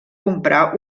comprar